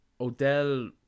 Odell